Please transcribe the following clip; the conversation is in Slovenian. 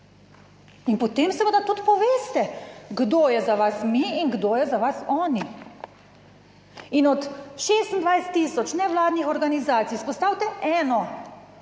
In potem seveda tudi poveste kdo je za vas mi in kdo je za vas oni. In od 26 tisoč nevladnih organizacij izpostavite eno